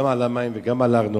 גם על המים וגם על הארנונה.